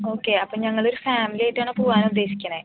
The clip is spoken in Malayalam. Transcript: ഓക്കെ അപ്പം ഞങ്ങൾ ഒരു ഫാമിലി ആയിട്ടാണ് പോകാൻ ഉദ്ദേശിക്കുന്നത്